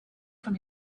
from